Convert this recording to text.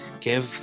give